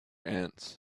ants